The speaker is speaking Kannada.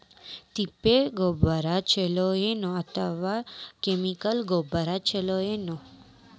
ತಿಪ್ಪಿ ಗೊಬ್ಬರ ಛಲೋ ಏನ್ ಅಥವಾ ಕೆಮಿಕಲ್ ಗೊಬ್ಬರ ಛಲೋ?